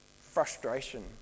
frustration